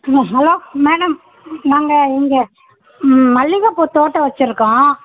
hello madam நாங்கள் இங்கே ம் மல்லிகைப்பூ தோட்டம் வச்சுருக்கோம்